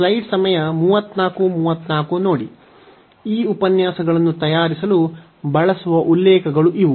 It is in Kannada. ಈ ಉಪನ್ಯಾಸಗಳನ್ನು ತಯಾರಿಸಲು ಬಳಸುವ ಉಲ್ಲೇಖಗಳು ಇವು